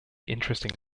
interesting